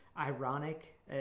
ironic